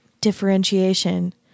differentiation